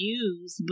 use